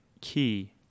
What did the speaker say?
key